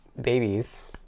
babies